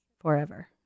forever